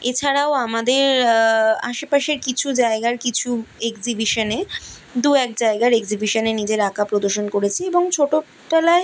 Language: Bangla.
এছাড়াও আমাদের আশেপাশের কিছু জায়গার কিছু এক্সিবিশানে দু এক জায়গার এক্সিবিশানে নিজের আঁকা প্রদর্শন করেছি এবং ছোটো তলায়